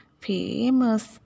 famous